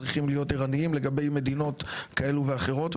צריכים להיות ערניים לגבי מדינות כאלו ואחרות,